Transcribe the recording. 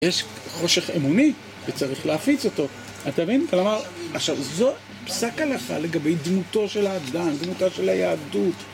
יש חושך אמוני, וצריך להפיץ אותו, אתה מבין? כלומר, עכשיו, זו פסק הלכה לגבי דמותו של האדם, דמותה של היהדות.